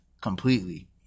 completely